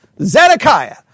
Zedekiah